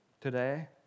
today